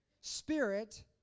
spirit